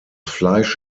fleisch